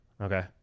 Okay